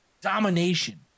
domination